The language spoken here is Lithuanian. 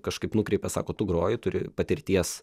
kažkaip nukreipė sako tu groji turi patirties